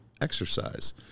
exercise